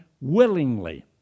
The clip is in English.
willingly